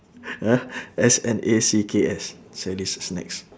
ah S N A C K S sally's snacks